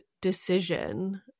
decision